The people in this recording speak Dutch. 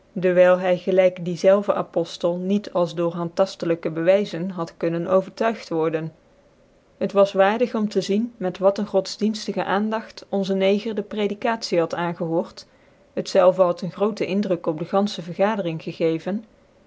dcwyl hy gelijk dien zelve apoftcl niet als door bandtaftclijkc bewyzen had kunnen overtuigt worden het was waardig om te zien met wat een godsdicnftige aandagt onze neger de predicatie had aangehoord het zelve had een grootc indruk op dc ganfche vergadering gegeven